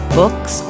books